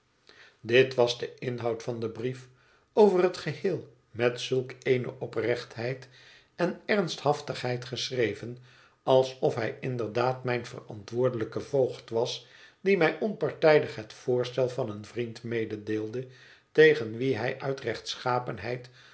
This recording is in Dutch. dit was de inhoud van den brief over het geheel met zulk eene oprechtheid en ernsthaftigheid geschreven alsof hij inderdaad mijn verantwoordelijke voogd was die mij onpartijdig het voorstel van een vriend mededeelde tegen wien hij